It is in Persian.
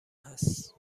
هست